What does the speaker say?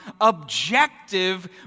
objective